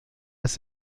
dass